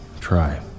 try